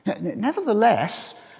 Nevertheless